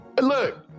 look